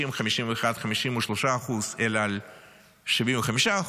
51%, 53%, אלא על 75%,